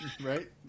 Right